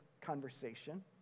conversation